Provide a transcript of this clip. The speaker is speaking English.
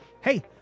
Hey